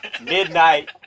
Midnight